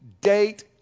date